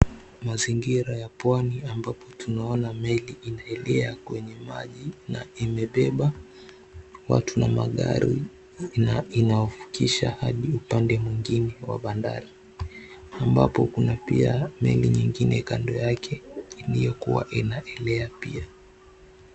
Mazingira ya pwani ambapo tunaona meli inaelea kwenye maji na imebeba watu na magari na inawavukisha hadi upande mwingine wa bandari, ambapo kuna pia meli nyingine kando yake iliyokuwa inaelea pia.